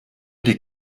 die